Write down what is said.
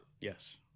Yes